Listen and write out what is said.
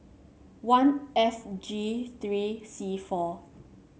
one F G three C four